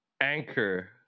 anchor